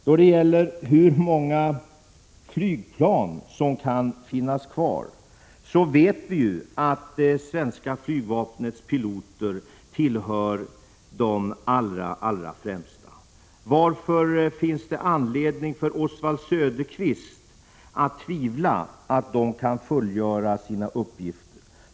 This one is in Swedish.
När det gäller frågan hur många flygplan som kan finnas kvar vet vi ju att det svenska flygvapnets piloter tillhör de allra främsta. Varför finns det anledning för Oswald Söderqvist att tvivla på att de kan fullgöra sina uppgifter?